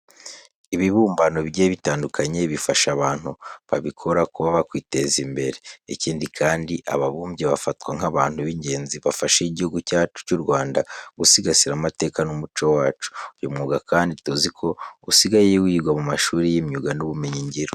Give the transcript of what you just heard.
Ibibumbano bigiye bitandukanye bifasha abantu babikora kuba bakwiteza imbere. Ikindi kandi, ababumbyi bafatwa nk'abantu bigenzi bafasha igihugu cyacu cy'u Rwanda gusigasira amateka n'umuco wacu. Uyu mwuga kandi tuzi ko usigaye wigwa mu mashuri y'imyuga n'ubumenyingiro.